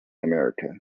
america